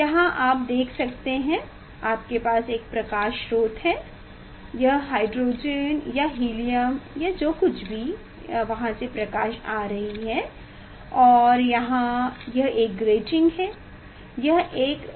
यहां आप देख सकते हैं कि आपके पास एक प्रकाश स्रोत है यह हाइड्रोजन या हीलियम या जो कुछ भी वहां से प्रकाश आ रही है और यहां यह एक ग्रेटिंग है यह एक ग्रेटिंग है